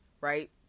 Right